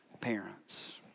parents